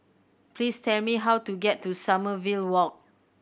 please tell me how to get to Sommerville Walk